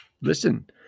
Listen